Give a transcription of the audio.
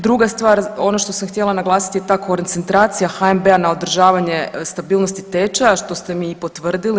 Druga stvar ono što sam htjela naglasiti je ta koncentracija HNB-a na održavanje stabilnosti tečaja što ste mi i potvrdili.